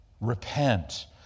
repent